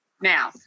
now